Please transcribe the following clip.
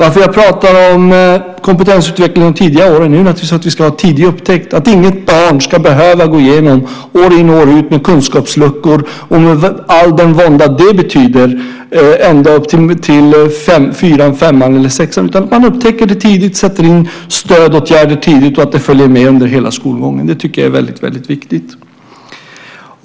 Att jag pratar om kompetensutveckling i tidiga årskurser beror naturligtvis på att vi ska ha tidig upptäckt. Inget barn ska behöva gå med kunskapsluckor och all den vånda det betyder ända upp till fyran, femman eller sexan. Man ska upptäcka detta tidigt och sätta in stödåtgärder tidigt, och dessa ska följa med under hela skolgången. Det tycker jag är väldigt viktigt.